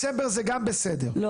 א',